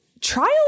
trial